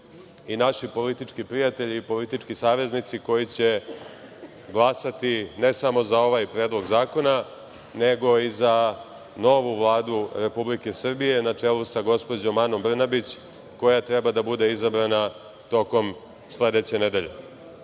i naši politički prijatelji i politički saveznici koji će glasati, ne samo za ovaj Predlog zakona, nego i za novu Vladu Republike Srbije na čelu sa gospođom Anom Brnabić, koja treba da bude izabrana tokom sledeće nedelje. Ukratko